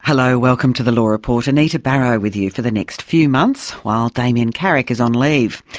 hello, welcome to the law report, anita barraud with you for the next few months while damien carrick is on leave.